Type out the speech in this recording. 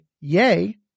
Yay